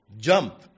jump